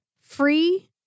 Free